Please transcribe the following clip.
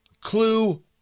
clue